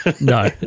No